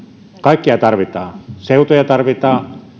kaikkia tarvitaan seutuja tarvitaan